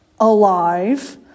alive